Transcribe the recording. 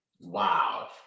Wow